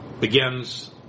begins